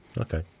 Okay